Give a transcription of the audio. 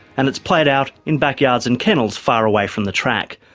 and it's played out in backyards and kennels far away from the track.